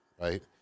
right